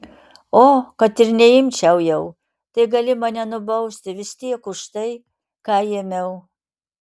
o kad ir neimčiau jau tai gali mane nubausti vis tiek už tai ką ėmiau